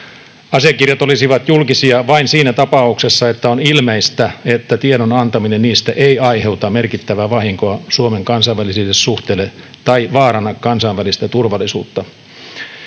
Asiakirjat olisivat julkisia vain siinä tapauksessa, että on ilmeistä, että tiedon antaminen niistä ei aiheuta merkittävää vahinkoa Suomen kansainvälisille suhteille tai vaaranna kansainvälistä turvallisuutta.